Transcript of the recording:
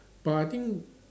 but I think